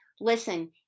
Listen